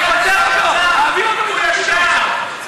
הוא סגן שר האוצר, הוא לפחות ישר.